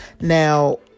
Now